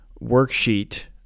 worksheet